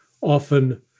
often